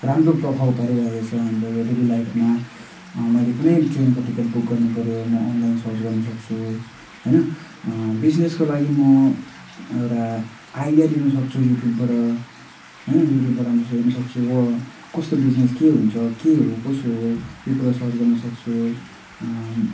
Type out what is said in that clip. राम्रो प्रभाव पारिरहेको छ हाम्रो यो डेली लाइफमा मैले कुनै ट्रेनको टिकट बुक गर्नुपऱ्यो म अनलाइन सर्च गर्नसक्छु होइन बिजनेसको लागि म एउटा आइडिया लिनसक्छु युट्युबबाट होइन युट्युबबाट म हेर्नसक्छु अब कस्तो बिजनेस के हुन्छ के हो कसो हो यो कुरा सर्च गर्नसक्छु